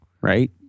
right